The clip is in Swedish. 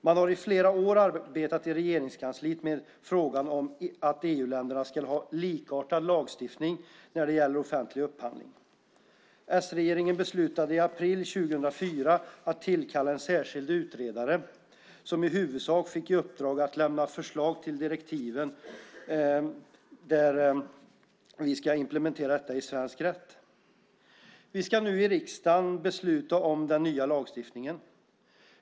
Man har i flera år arbetat i Regeringskansliet med frågan om att EU-länderna ska ha likartad lagstiftning när det gäller offentlig upphandling. S-regeringen beslutade i april 2004 att tillkalla en särskild utredare som i huvudsak fick i uppdrag att lämna förslag till hur direktiven ska implementeras i svensk rätt. Vi ska nu i riksdagen besluta om den nya lagstiftningen.